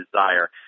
desire